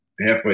halfway